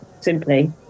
simply